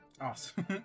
Awesome